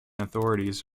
authorities